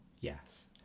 yes